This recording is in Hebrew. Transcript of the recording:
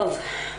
טוב.